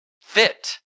fit